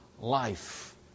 life